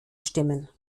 stimmen